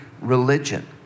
religion